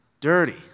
dirty